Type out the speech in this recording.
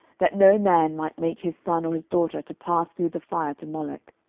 that no man might make his son or his daughter to pass through the fire to molech.